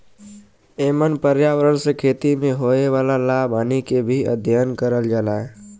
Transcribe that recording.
एमन पर्यावरण से खेती में होए वाला लाभ हानि के भी अध्ययन करल जाला